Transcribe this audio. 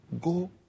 Go